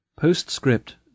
Postscript